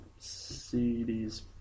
CDs